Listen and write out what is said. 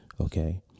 Okay